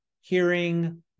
hearing